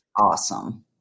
awesome